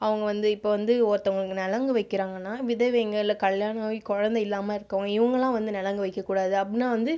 அவங்க வந்து இப்போது வந்து ஒருத்தவங்களுக்கு நலங்கு வைக்கறாங்கன்னா விதவைங்க இல்லை கல்யாணம் ஆகி குழந்தை இல்லாமல் இருக்கவங்க இவங்கலாம் வந்து நலங்கு வைக்க கூடாது அப்படினா வந்து